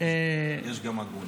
יש גם הגונים.